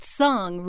song